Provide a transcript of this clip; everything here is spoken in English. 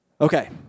Okay